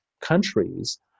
countries